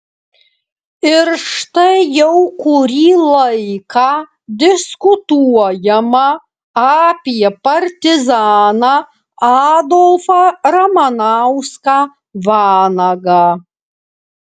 ir štai jau kurį laiką diskutuojama apie partizaną adolfą ramanauską vanagą